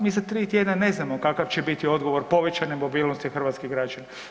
Mi za 3 tjedna ne znamo kakav će biti odgovor povećane mobilnosti hrvatskih građana.